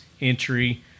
entry